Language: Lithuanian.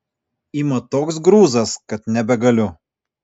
ima toks grūzas kad nebegaliu